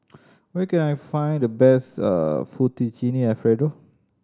where can I find the best Fettuccine Alfredo